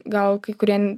gal kai kurie